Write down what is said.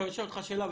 אני שואל אותך שאלה,